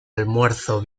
almuerzo